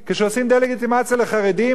מה אתם רוצים שאדם ברחוב יעשה?